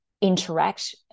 interact